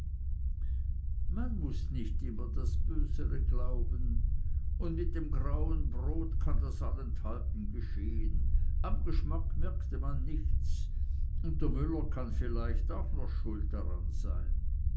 man muß nicht immer das bösere glauben und mit dem grauen brot kann das allenthalben geschehen am geschmack merkte man nichts und der müller kann vielleicht auch noch daran schuld sein